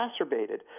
exacerbated